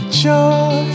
joy